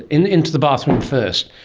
into the bathroom first,